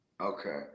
Okay